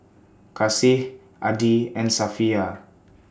Kasih Adi and Safiya